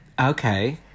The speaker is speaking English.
Okay